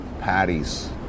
patties